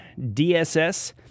DSS